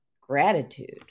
gratitude